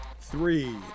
Three